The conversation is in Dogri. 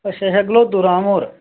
अच्छा अच्छा गलोह्दू राम होर